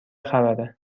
خبره